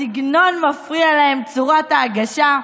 הסגנון מפריע להם, צורת ההגשה.